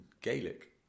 Gaelic